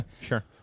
Sure